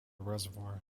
reservoir